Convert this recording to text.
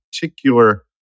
particular